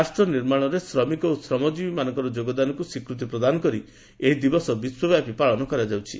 ରାଷ୍ଟ ନିର୍ମାଣ ଦିଗରେ ଶ୍ରମିକ ଓ ଶ୍ରମଜୀବୀମାନଙ୍କର ଯୋଗଦାନକୁ ସ୍ୱୀକୃତି ପ୍ରଦାନ କରି ଏହି ଦିବସ ବିଶ୍ୱବ୍ୟାପୀ ପାଳନ କରାଯାଉଛି